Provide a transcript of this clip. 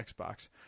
Xbox